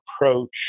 approach